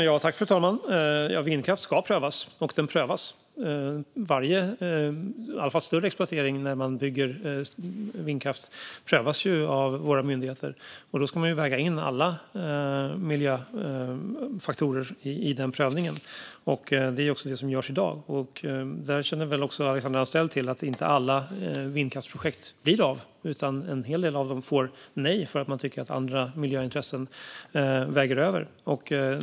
Fru talman! Vindkraft ska prövas, och den prövas, i alla fall större exploateringar där man bygger vindkraft, vilket prövas av våra myndigheter. Då ska alla miljöfaktorer vägas in i prövningen, och detta görs i dag. Som Alexandra Anstrell väl också känner till blir inte alla vindkraftsprojekt av, utan en hel del får nej därför att man tycker att andra miljöintressen väger tyngre.